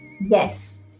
Yes